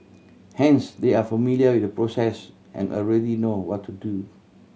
hence they are familiar with the process and already know what to do